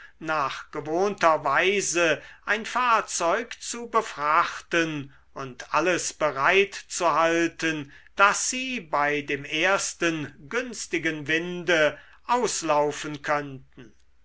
nach gewohnter weise ein fahrzeug zu befrachten und alles bereitzuhalten daß sie bei dem ersten günstigen winde auslaufen könnten